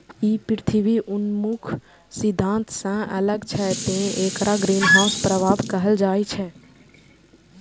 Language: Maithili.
ई पृथ्वी उन्मुख सिद्धांत सं अलग छै, तें एकरा ग्रीनहाउस प्रभाव कहल जाइ छै